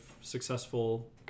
successful